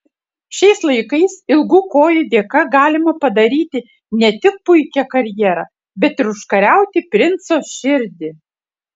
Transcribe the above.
šiais laikais ilgų kojų dėka galima padaryti ne tik puikią karjerą bet ir užkariauti princo širdį